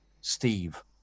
Steve